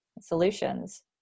solutions